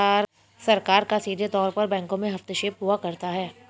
सरकार का सीधे तौर पर बैंकों में हस्तक्षेप हुआ करता है